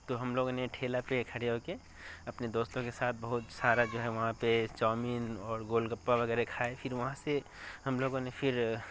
تو ہم لوگوں نے ٹھیلہ پہ کھڑے ہو کے اپنے دوستوں کے ساتھ بہت سارا جو ہے وہاں پہ چاؤمین اور گول گپا وغیرہ کھائے پھر وہاں سے ہم لوگوں نے پھر